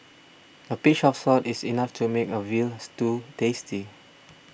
a pinch of salt is enough to make a Veal Stew tasty